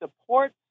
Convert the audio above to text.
support